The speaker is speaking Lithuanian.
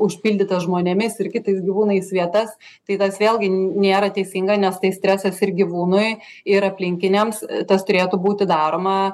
užpildytas žmonėmis ir kitais gyvūnais vietas tai tas vėlgi nėra teisinga nes tai stresas ir gyvūnui ir aplinkiniams tas turėtų būti daroma